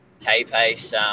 K-pace